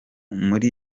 muri